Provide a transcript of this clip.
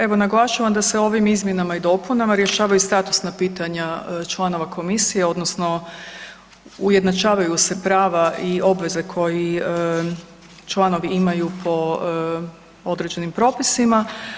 Evo naglašavam da se ovim izmjenama i dopunama rješavaju statusna pitanja članova komisije odnosno ujednačavaju se prava i obveze koji članovi imaju po određenim propisima.